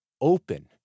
open